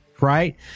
Right